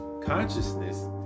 consciousness